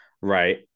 right